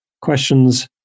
questions